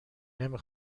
نمی